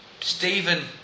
Stephen